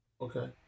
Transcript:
Okay